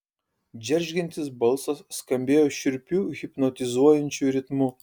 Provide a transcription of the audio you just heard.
džeržgiantis balsas skambėjo šiurpiu hipnotizuojančiu ritmu